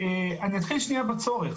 אני אתחיל שנייה בצורך,